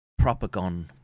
propagon